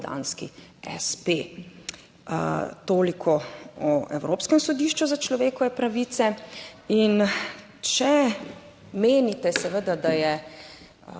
espe. Toliko o Evropskem sodišču za človekove pravice. In če menite seveda, da je